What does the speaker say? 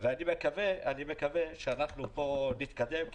אני מקווה שאנחנו פה נתקדם.